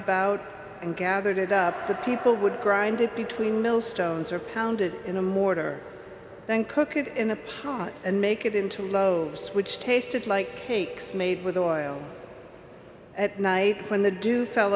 about and gathered it up the people would grind it between mill stones or pounded in a mortar then cook it in a pot and make it into loves which tasted like cakes made with oil at night when the dew fell